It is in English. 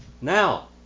Now